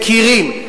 מכירים.